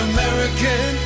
American